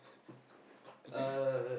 uh